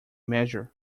measure